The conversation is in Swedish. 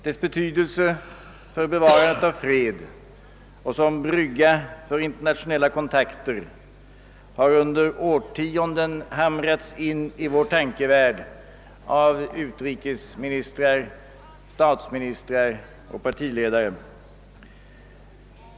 Dess betydelse för bevarandet av fred och som brygga för internationella konktakter har under årtionden hamrats in i vår tankevärld av utrikesministrar, statsministrar och partiledare.